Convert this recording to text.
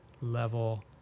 level